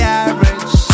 average